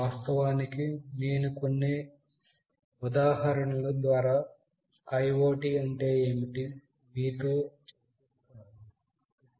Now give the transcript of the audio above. వాస్తవానికి నేను కొన్ని ఉదాహరణలు ద్వారా IoT అంటే ఏమిటో మీతో చర్చిస్తాను